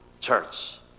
church